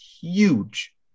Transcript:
huge